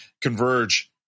Converge